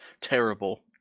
terrible